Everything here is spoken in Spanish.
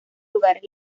lugares